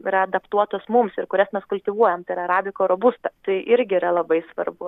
yra adaptuotos mums ir kurias mes kultivuojam tai yra arabiko robusta tai irgi yra labai svarbu